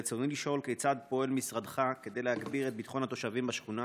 רצוני לשאול: 1. כיצד פועל משרדך כדי להגביר את ביטחון התושבים בשכונה?